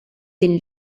din